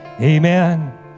amen